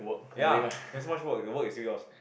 ya it's much work the work is yours